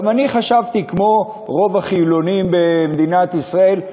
גם אני חשבתי כמו רוב החילונים במדינת ישראל: